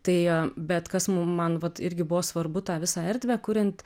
tai bet kas mum man vat irgi buvo svarbu tą visą erdvę kuriant